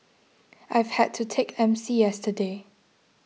I've had to take M C yesterday